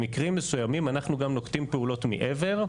במקרים מסוימים אנחנו גם נוקטים פעולות מעבר.